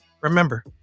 remember